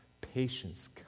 patience